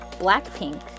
Blackpink